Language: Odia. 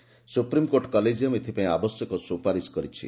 ସ୍ପପ୍ରିମ୍କୋର୍ଟ କଲେକିୟମ୍ ଏଥିପାଇଁ ଆବଶ୍ୟକ ସୁପାରିଶ କରିଛି